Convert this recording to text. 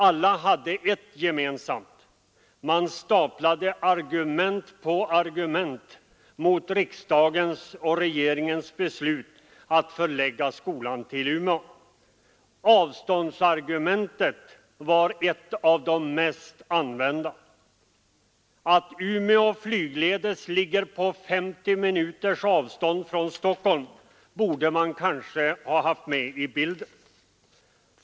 Alla hade ett gemensamt: man staplade argument på argument mot riksdagens och regeringens beslut att förlägga skolan till Umeå. Avståndsargumentet var ett av de mest använda. Att Umeå flygledes ligger på 50 minuters avstånd från Stockholm borde man kanske haft med i bilden.